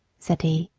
said he,